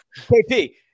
KP